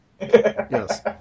Yes